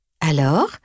Alors